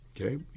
Okay